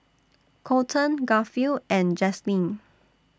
Colten Garfield and Jaslene